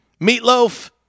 meatloaf